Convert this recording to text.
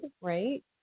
right